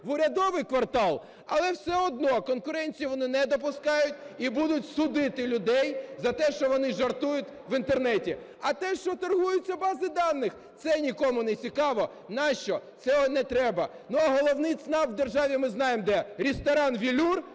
в урядовий квартал, але все одно конкуренцію вони не допускають і будуть судити людей за те, що вони жартують в Інтернеті. А те, що торгуються бази даних, це нікому нецікаво. Нащо? Цього не треба. Ну, а головний ЦНАП в державі ми знаємо де: ресторан "Велюр"